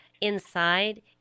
inside